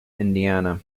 indiana